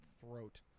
throat